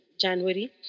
January